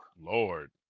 lord